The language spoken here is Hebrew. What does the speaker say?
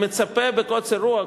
שאני מצפה בקוצר רוח,